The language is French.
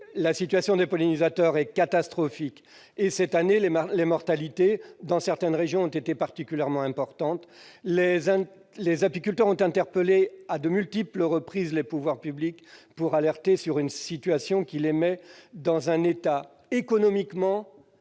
la situation des pollinisateurs est catastrophique. Cette année, la mortalité dans certaines régions a été particulièrement importante. Les apiculteurs ont interpellé à de multiples reprises les pouvoirs publics sur leur situation, économiquement